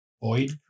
Void